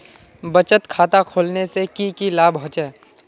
बचत खाता खोलने से की की लाभ होचे?